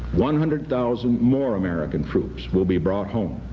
one hundred thousand more american troops will be brought home.